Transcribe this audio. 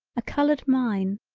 a colored mine,